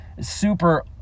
super